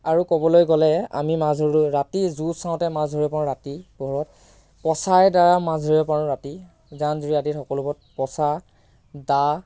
আৰু ক'বলৈ গ'লে আমি মাছ ধৰোঁ ৰাতি জোৰ চাওঁতে মাছ ধৰিব পাৰোঁ ৰাতি পোহৰত পচাৰ দ্বাৰা মাছ ধৰিব পাৰোঁ ৰাতি জান জুৰি আদিত সকলোবোৰত পচা দা